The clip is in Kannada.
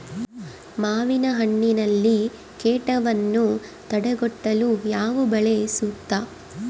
ಮಾವಿನಹಣ್ಣಿನಲ್ಲಿ ಕೇಟವನ್ನು ತಡೆಗಟ್ಟಲು ಯಾವ ಬಲೆ ಸೂಕ್ತ?